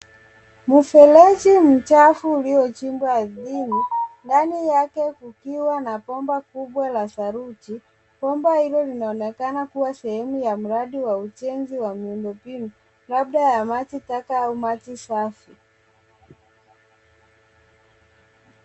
Mfereji mchafu uliochimbwa ardhini ndani yake kukiwa na bomba kubwa la saruji. Bomba hilo linaonekana kuwa sehemu ya mradi wa ujenzi wa miundombinu labda ya maji taka au maji safi.